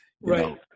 Right